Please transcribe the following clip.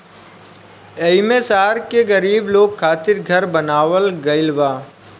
एईमे शहर के गरीब लोग खातिर घर बनावल गइल बा